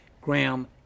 Graham